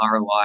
ROI